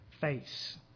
face